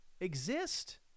Exist